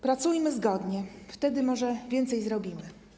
Pracujmy zgodnie, wtedy może więcej zrobimy.